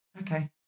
Okay